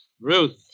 Ruth